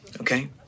okay